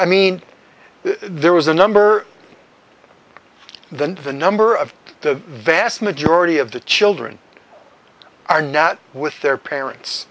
i mean there was a number than the number of the vast majority of the children are now with their parents